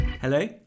Hello